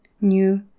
new